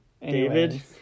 David